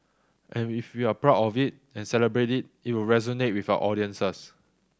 and if we are proud of it and celebrate it it will resonate with our audiences